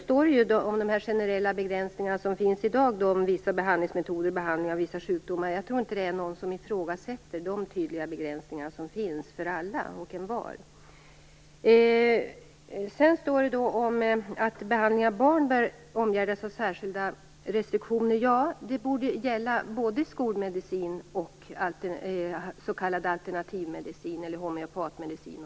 Jag tror inte att någon ifrågasätter de generella och tydliga begränsningar som finns i dag för vissa behandlingsmetoder och för behandling av vissa sjukdomar. De gäller alla och envar. I svaret står också att behandling av barn bör omgärdas av särskilda restriktioner. Det borde gälla både skolmedicin och s.k. alternativmedicin eller homeopatmedicin.